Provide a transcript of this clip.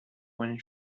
when